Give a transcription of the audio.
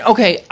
Okay